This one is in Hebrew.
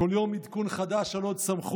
בכל יום עדכון חדש על עוד סמכות,